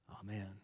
Amen